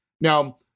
Now